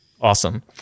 Awesome